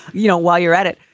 you know, while you're at it,